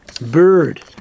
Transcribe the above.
bird